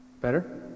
better